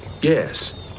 yes